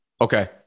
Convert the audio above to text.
Okay